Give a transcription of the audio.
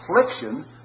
affliction